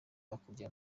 hakurya